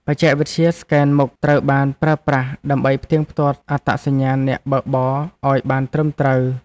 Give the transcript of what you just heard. បច្ចេកវិទ្យាស្កេនមុខត្រូវបានប្រើប្រាស់ ដើម្បីផ្ទៀងផ្ទាត់អត្តសញ្ញាណអ្នកបើកបរឱ្យបានត្រឹមត្រូវ។